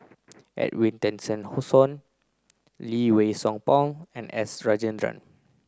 Edwin Tessensohn Lee Wei Song Paul and S Rajendran